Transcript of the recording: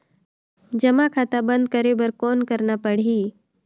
जमा खाता बंद करे बर कौन करना पड़ही?